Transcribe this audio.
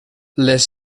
les